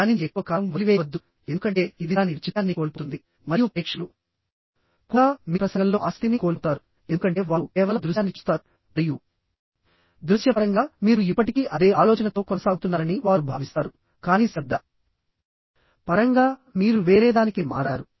దానిని ఎక్కువ కాలం వదిలివేయవద్దుఎందుకంటే ఇది దాని ఔచిత్యాన్ని కోల్పోతుంది మరియు ప్రేక్షకులు కూడా మీ ప్రసంగంలో ఆసక్తిని కోల్పోతారు ఎందుకంటే వారు కేవలం దృశ్యాన్ని చూస్తారు మరియు దృశ్య పరంగా మీరు ఇప్పటికీ అదే ఆలోచనతో కొనసాగుతున్నారని వారు భావిస్తారుకానీ శబ్ద పరంగా మీరు వేరేదానికి మారారు